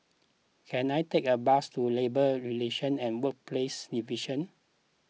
can I take a bus to Labour Relation and Workplaces Division